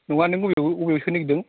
नङा नों अबेयाव सोनो नागेरदों